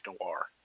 noir